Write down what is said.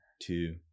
two